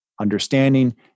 understanding